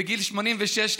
בגיל 86,